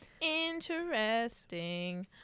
Interesting